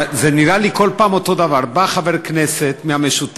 זה נראה לי כל פעם אותו דבר: בא חבר כנסת מהמשותפת,